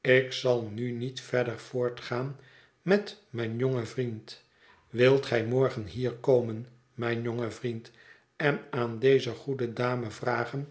ik zal nu niet verder voortgaan met mijn jongen vriend wilt gij morgen hier komen mijn jonge vriend en aan deze goede dame vragen